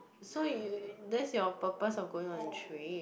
so you that's your purpose of going on a trip